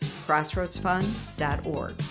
CrossroadsFund.org